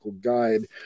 guide